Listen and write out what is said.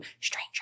stranger